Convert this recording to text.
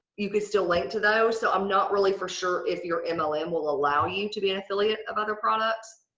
you could still link to those. so, i'm not really for sure if your mlm will and will allow you to be an affiliate of other products.